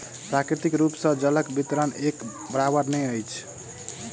प्राकृतिक रूप सॅ जलक वितरण एक बराबैर नै अछि